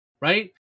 right